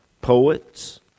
poets